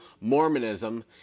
Mormonism